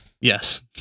Yes